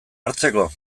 hartzeko